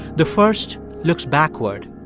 the first looks backward,